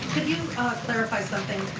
ah clarify something?